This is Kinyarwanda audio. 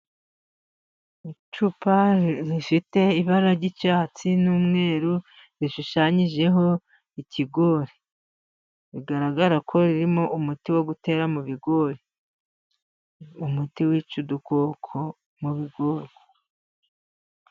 Icupa rifite ibara ry'icyatsi, n'umweru rishushanyijeho ikigori, bigaragara ko ririmo umuti wo gutera mu bigori. Umuti wica udukoko mu bigori.